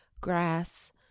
grass